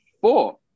four